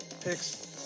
picks